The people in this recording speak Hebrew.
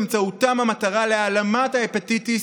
באמצעותם המטרה של העלמת ההפטיטיס